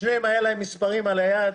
לשניהם היו מספרים על היד.